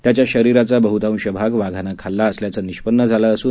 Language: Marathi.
त्याच्या शरीराचा बहुतांश भाग वाघानं खाल्ला असल्याचं निष्पन्न झालं असून